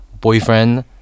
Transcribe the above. Boyfriend